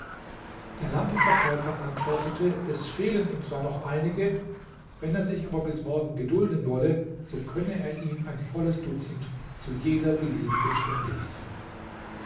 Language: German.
der lampenverkäufer antwortete es fehlen ihm zwar noch einige wenn er sich aber bis morgen gedulden wolle so könne er ihm ein volles dutzend zu jeder beliebigen stunde liefern